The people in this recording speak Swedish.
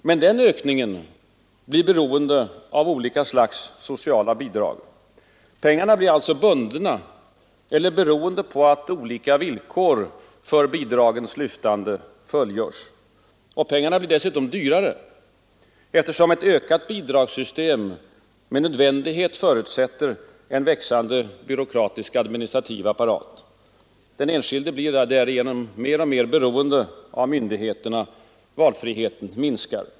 Men den ökningen blir beroende av olika slags sociala bidrag. Pengarna blir alltså bundna eller beroende på att olika villkor för bidragens lyftande fullgörs. Och pengarna blir dessutom ”dyrare”, eftersom ett ökat bidragssystem med nödvändighet förutsätter en växande byråkratisk administrativ apparat. Den enskilde blir därigenom mer och mer beroende av myndigheter. Valfriheten minskar.